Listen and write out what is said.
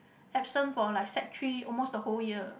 absent for like sec three almost the whole year